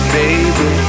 baby